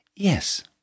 Yes